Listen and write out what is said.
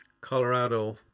colorado